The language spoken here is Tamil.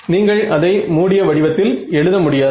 நீங்கள் அதை மூடிய வடிவத்தில் எழுத முடியாது